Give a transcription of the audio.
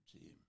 team